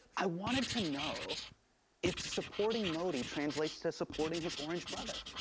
i wanted to know if supporting modi translates to supporting his orange brother.